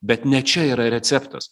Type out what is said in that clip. bet ne čia yra receptas